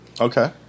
Okay